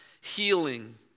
healing